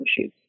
issues